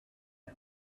him